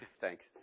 Thanks